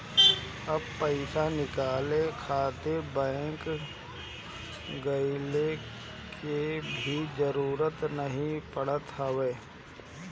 अब पईसा निकाले खातिर बैंक गइला के भी जरुरत नाइ पड़त हवे